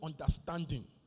understanding